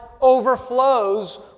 overflows